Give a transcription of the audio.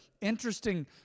interesting